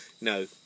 No